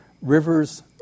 Rivers